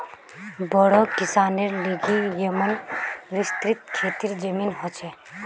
बोड़ो किसानेर लिगि येमं विस्तृत खेतीर जमीन ह छे